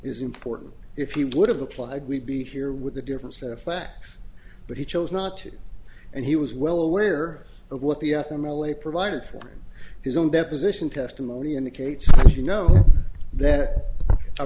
is important if he would have applied we'd be here with a different set of facts but he chose not to and he was well aware of what the f m l a provided for his own deposition testimony indicates that you know that